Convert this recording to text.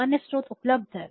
अन्य स्रोत उपलब्ध हैं